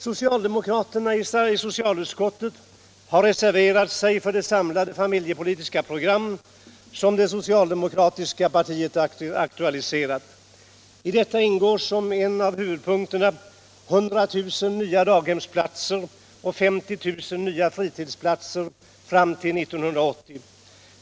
Socialdemokraterna i socialutskottet har reserverat sig för det samlade familjepolitiska program som det socialdemokratiska partiet aktualiserat. I detta ingår som en av huvudpunkterna 100 000 nya daghemsplatser och 50 000 nya fritidsplatser fram till 1980.